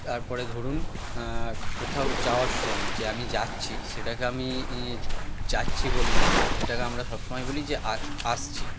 তারপরে ধরুন কোথাও যাওয়ার সময় যে আমি যাচ্ছি সেটাকে আমি যাচ্ছি বলি না সেটাকে আমরা সব সময় বলি যে আসছি